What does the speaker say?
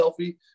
selfie